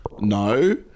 no